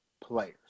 players